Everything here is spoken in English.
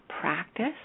practice